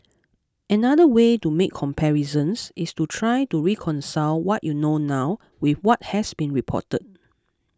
another way to make comparisons is to try to reconcile what you know now with what has been reported